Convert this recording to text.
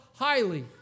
highly